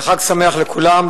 חג שמח לכולם,